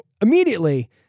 immediately